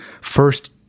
first